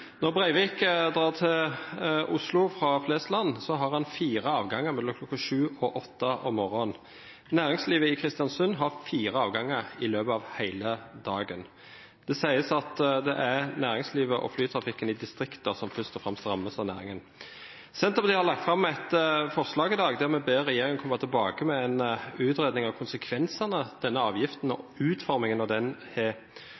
Når Breivik drar til Oslo fra Flesland, har han fire avganger mellom kl. 7 og 8 om morgenen. Næringslivet i Kristiansund har fire avganger å benytte seg av i løpet av dagen. Det sies at det er næringslivet og flytrafikken i distriktene som først og fremst rammes. Senterpartiet har lagt fram et forslag i dag der vi ber regjeringen komme tilbake med en vurdering av hvilke konsekvenser denne avgiften og utformingen av den har.